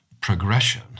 progression